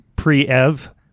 Pre-Ev